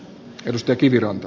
risto kiviranta